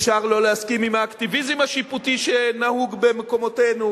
אפשר לא להסכים עם האקטיביזם השיפוטי שנהוג במקומותינו,